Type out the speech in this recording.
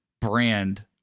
brand